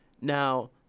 Now